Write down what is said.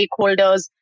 stakeholders